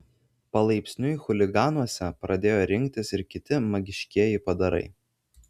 palaipsniui chuliganuose pradėjo rinktis ir kiti magiškieji padarai